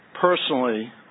Personally